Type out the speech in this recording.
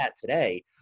today